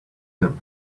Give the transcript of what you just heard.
him